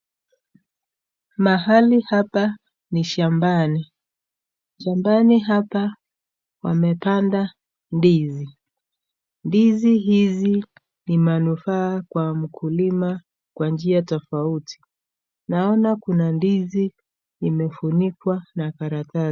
Mahali hapa ni shambani. Shambani hapa wamepanda ndizi. Ndizi hizi ni manufaa kwa mkulima kwa njia tofauti. Naona kuna ndizi imefunikwa na karatasi.